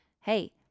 hey